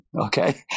okay